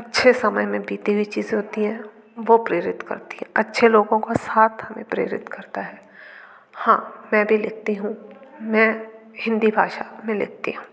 अच्छे समय में बीते हुए चीज़ होती है वो प्रेरित करती है अच्छे लोगों का साथ हमें प्रेरित करता है हाँ मैं भी लिखती हूँ मैं हिन्दी भाषा में लिखती हूँ